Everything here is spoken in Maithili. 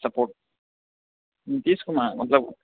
सपोर्ट नीतीश कुमार मतलब